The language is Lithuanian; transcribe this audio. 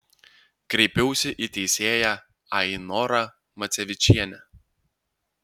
kreipiausi į teisėją ainorą macevičienę